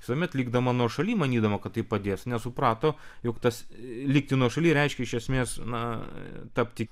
visuomet likdama nuošaly manydama kad tai padės nesuprato jog tas likti nuošaly reiškia iš esmės na tapti